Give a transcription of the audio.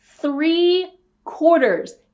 Three-quarters